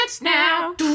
now